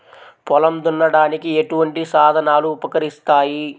పొలం దున్నడానికి ఎటువంటి సాధనాలు ఉపకరిస్తాయి?